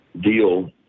deal